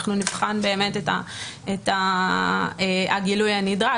נבחן באמת את הגילוי הנדרש.